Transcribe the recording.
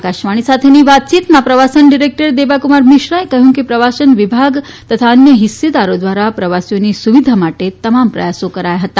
આકાશવાણી સાથેની વાતચીતમાં પ્રવસાન ડિરેકટર દેબાક્રમાર મિશ્રાએ કહ્યું કે પ્રવાસન વિભાગ તથા અન્ય હિસ્સેદારો દ્વારા પ્રવાસીઓની સુવિધા માટે તમામ પ્રયાસો કરાયા હતા